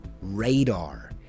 radar